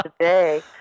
today